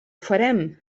farem